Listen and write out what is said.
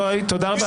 די, תודה רבה.